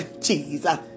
Jesus